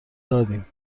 دادیم